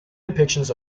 depictions